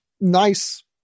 nice